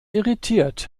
irritiert